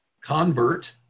convert